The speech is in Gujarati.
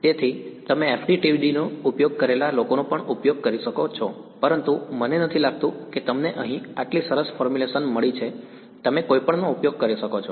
તેથી તમે FDTD નો ઉપયોગ કરેલા લોકોનો પણ ઉપયોગ કરી શકો છો પરંતુ મને નથી લાગતું કે તમને અહીં આટલી સરસ ફોર્મ્યુલેશન મળી છે તમે કોઈપણનો ઉપયોગ કરી શકો છો